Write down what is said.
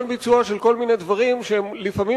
הוא קבלן ביצוע של כל מיני דברים שלפעמים